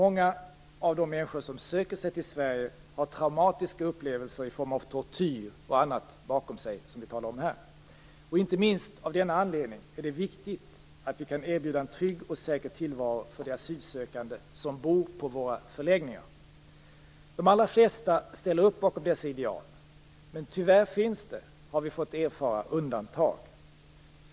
Många av de människor som söker sig till Sverige har traumatiska upplevelser i form av tortyr och annat bakom sig, såsom vi just talade om här. Inte minst av denna anledning är det viktigt att vi kan erbjuda en trygg och säker tillvaro för de asylsökande som bor på våra förläggningar. De allra flesta ställer upp bakom dessa ideal, men tyvärr finns det, har vi fått erfara, undantag.